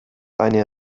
eine